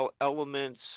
elements